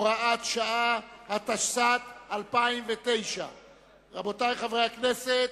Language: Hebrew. (הוראת שעה), התשס"ט 2009. רבותי חברי הכנסת,